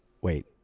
Wait